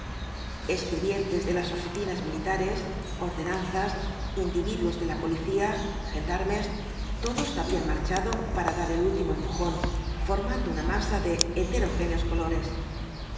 escribientes de las oficinas militares ordenanzas individuos de la policía gendarmes todos habían marchado para dar el último empujón formando una masa de heterogéneos colores